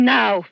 now